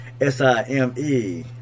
S-I-M-E